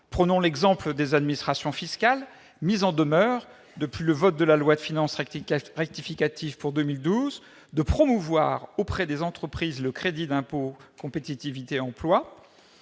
Prenons l'exemple des administrations fiscales : ces dernières sont mises en demeure, depuis le vote de la loi de finances rectificative pour 2012, de promouvoir auprès des entreprises le crédit d'impôt pour la compétitivité et